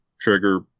trigger